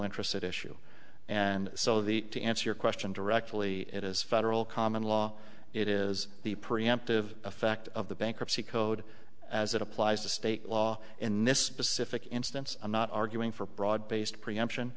interest issue and so the to answer your question directly it is federal common law it is the preemptive effect of the bankruptcy code as it applies to state law in this specific instance i'm not arguing for broad based preemption